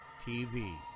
TV